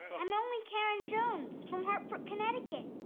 i'm only karen jones from hartford, connecticut.